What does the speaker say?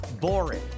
boring